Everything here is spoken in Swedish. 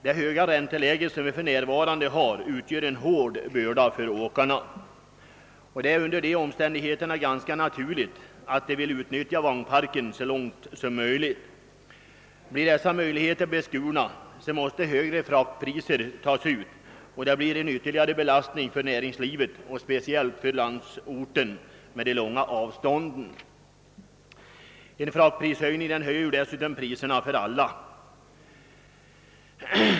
Det höga ränteläge som vi för närvarande har utgör en hård börda för åkarna. Det är under dessa omständigheter ganska naturligt att de vill utnyttja vagnparken så långt som möjligt. Blir dessa möjligheter beskurna, måste högre fraktpriser tas ut, och det blir en ytterligare belastning för näringslivet, speciellt för landsorten med de långa avstånden. En fraktprishöjning höjer dessutom priserna för alla.